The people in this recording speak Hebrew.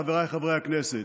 חבריי חברי הכנסת,